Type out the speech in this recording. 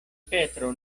petro